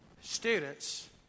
students